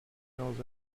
knows